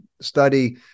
study